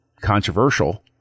controversial